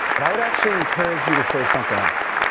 but i would actually encourage you to say something else.